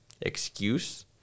excuse